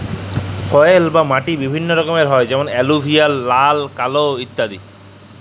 soil বা মাটি বিভিল্য রকমের হ্যয় যেমন এলুভিয়াল, লাল, কাল ইত্যাদি